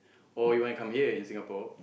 or you want to come here in Singapore